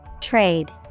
Trade